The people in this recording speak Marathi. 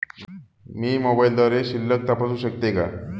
मी मोबाइलद्वारे शिल्लक तपासू शकते का?